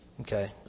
Okay